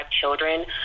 children